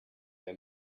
they